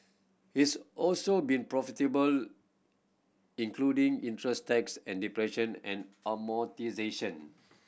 it's also been profitable including interest tax and depression and amortisation